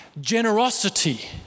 Generosity